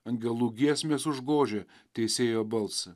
angelų giesmės užgožė teisėjo balsą